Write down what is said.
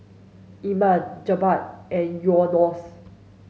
Iman Jebat and Yunos